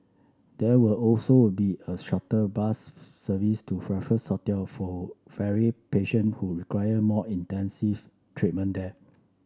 there will also wound be a shuttle bus service to Raffles Hotel for ferry patient who require more intensive treatment there